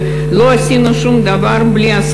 עם נציגות של יוצאי אתיופיה.